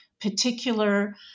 particular